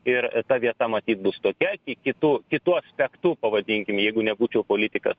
ir ta vieta matyt bus tokia tik kitu kitu aspektu pavadinkim jeigu nebūčiau politikas